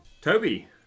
Toby